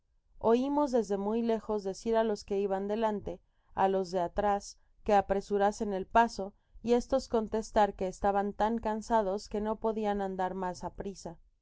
oimos desde muy lejos decir á los que iban delante a los de atrás que apresurasen el paso y estos contestar que es taban tan cansados que no podian andar mas aprisa esta